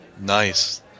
Nice